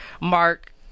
Mark